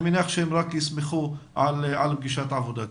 אני מניח שהם ישמחו על פגישת עבודה כזאת.